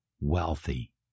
wealthy